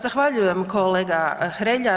Zahvaljujem kolega Hrelja.